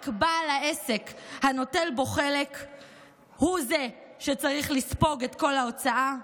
רק בעל העסק הנוטל בו חלק הוא זה שצריך לספוג את כל ההוצאה.